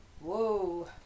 Whoa